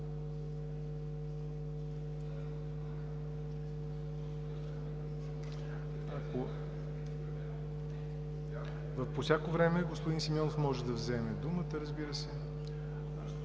По всяко време господин Симеонов може да вземе думата, разбира се.